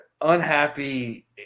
unhappy